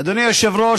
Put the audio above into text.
אדוני היושב-ראש,